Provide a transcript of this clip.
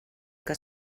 que